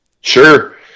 Sure